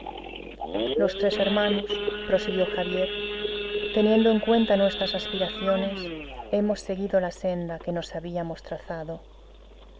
los tres hermanos prosiguió javier teniendo en cuenta nuestras aspiraciones hemos seguido la senda que nos habíamos trazado